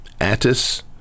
Attis